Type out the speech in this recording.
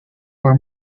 were